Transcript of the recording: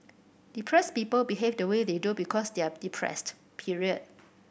depress people behave the way they do because they are depressed period